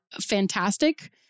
fantastic